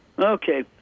Okay